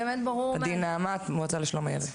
זו עדי נעמת מהמועצה לשלום הילד.